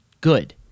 good